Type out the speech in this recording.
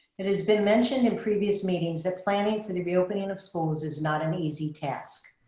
it has been mentioned in previous meetings that planning for the reopening of schools is not an easy task.